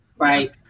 Right